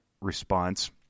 response